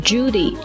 Judy